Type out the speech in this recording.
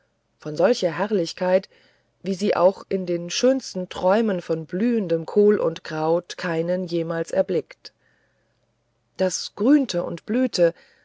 von solcher herrlichkeit wie sie auch in den schönsten träumen von blühendem kohl und kraut keinen jemals erblickt da grünte und blühte